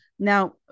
Now